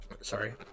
Sorry